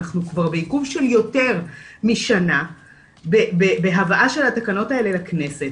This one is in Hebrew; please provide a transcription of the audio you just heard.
אנחנו כבר בעיכוב של יותר משנה בהבאה של התקנות האלה לכנסת,